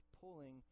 pulling